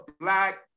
black